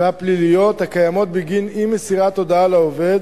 והפליליות הקיימות בגין אי-מסירת הודעה לעובד,